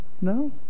No